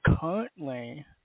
currently